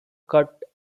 cut